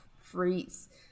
freeze